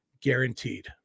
guaranteed